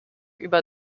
über